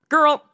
Girl